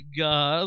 god